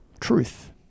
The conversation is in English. truth